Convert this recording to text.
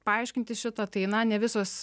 paaiškinti šitą tai na ne visos